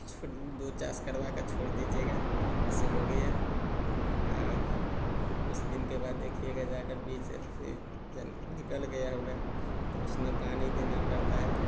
दो चांस करवाकर छोड़ दीजिएगा यह सब हो गया कुछ दिन के बाद देखिएगा जाकर बीज फ़िर निकल गया होगा तो उसमें पानी देना पड़ता है